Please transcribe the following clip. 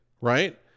right